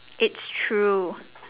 it's true